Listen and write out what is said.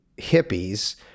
hippies